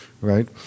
Right